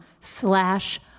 slash